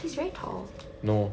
he's very tall